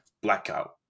blackout